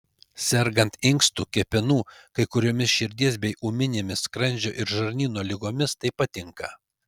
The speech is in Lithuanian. sergant inkstų kepenų kai kuriomis širdies bei ūminėmis skrandžio ir žarnyno ligomis taip pat tinka